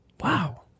Wow